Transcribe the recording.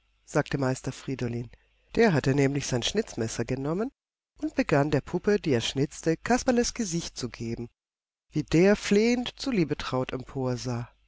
sagte meister friedolin der hatte nämlich sein schnitzmesser genommen und begann der puppe die er schnitzte kasperles gesicht zu geben wie der flehend zu